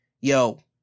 Yo